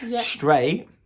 straight